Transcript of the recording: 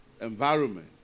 environment